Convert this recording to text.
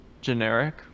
Generic